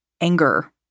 anger